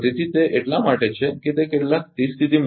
તેથી તે એટલા માટે છે કે તે કેટલાક સ્થિર સ્થિતી મૂલ્ય આવી રહ્યાં છે